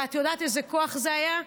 ואת יודעת איזה כוח זה היה?